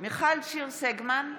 מיכל שיר סגמן,